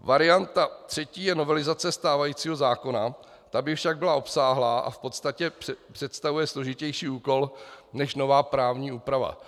Varianta třetí je novelizace stávajícího zákona, ta by však byla obsáhlá a v podstatě představuje složitější úkol než nová právní úprava.